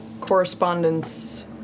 correspondence